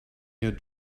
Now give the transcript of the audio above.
your